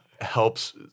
helps